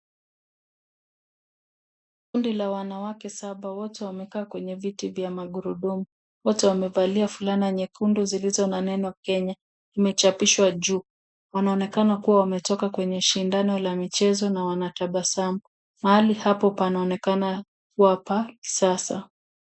Kundi la wanawake saba wote wamekaa kwenye viti vya magurudumu. Wote wamevalia fulana nyekundu zilizo na neno Kenya imechapishwa juu . Wanaonekana kuwa wametoka kwenye shindano la michezo na wanatabasamu. Mahali hapo panaonekana kuwapa sasa.